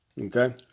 okay